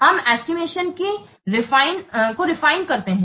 हम एस्टिमेशन को रिफियन करते है